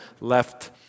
left